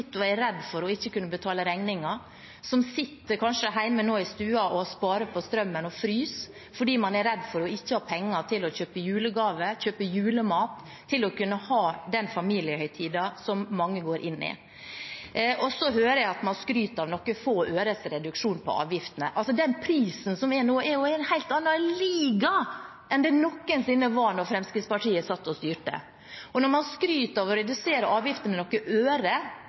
og er redde for ikke å kunne betale regningen, som kanskje sitter hjemme i stua nå og sparer på strømmen og fryser fordi man er redd for ikke å ha penger til å kjøpe julegaver, til å kjøpe julemat, til å kunne ha den familiehøytiden som man går inn i. Så hører jeg at man skryter av en reduksjon på noen få øre på avgiftene. Altså, den prisen som er nå, er i en helt annen liga enn den noensinne var da Fremskrittspartiet satt og styrte. Og når man skryter av å redusere avgiftene med noen øre,